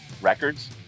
records